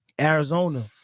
Arizona